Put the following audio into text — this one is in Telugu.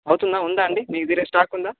అవుతుందా ఉందా అండి మీకు వేరే స్టాక్ ఉందా